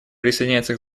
присоединяется